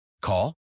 Call